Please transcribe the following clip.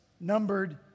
numbered